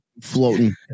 floating